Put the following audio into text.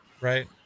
right